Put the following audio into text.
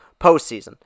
postseason